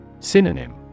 Synonym